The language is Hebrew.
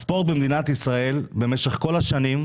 הספורט במדינת ישראל במשך כל השנים,